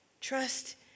Trust